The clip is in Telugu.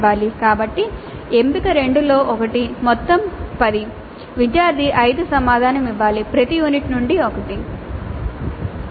కాబట్టి ఎంపిక రెండు లో ఒకటి మొత్తం 10 విద్యార్థి ఐదు ప్రశ్నలకు సమాధానం ఇవ్వాలి ప్రతి యూనిట్ నుండి ఒకటి వస్తుంది